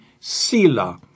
Sila